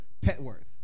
Petworth